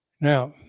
Now